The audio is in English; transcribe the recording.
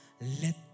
Let